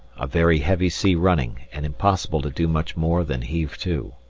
a very heavy sea running and impossible to do much more than heave to.